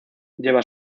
lleva